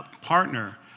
partner